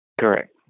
Correct